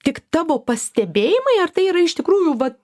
tik tavo pastebėjimai ar tai yra iš tikrųjų vat